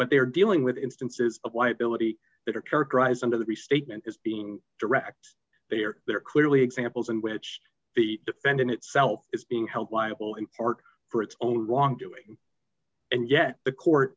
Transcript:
but they are dealing with instances of liability that are characterized under the restatement as being direct they are they're clearly examples in which the defendant itself is being held liable in part for its own wrong doing and yet the court